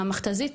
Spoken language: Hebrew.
מהמכת"זית,